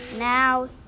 now